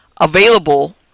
available